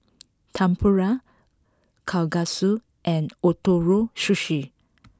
Tempura Kalguksu and Ootoro Sushi